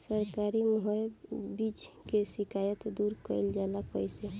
सरकारी मुहैया बीज के शिकायत दूर कईल जाला कईसे?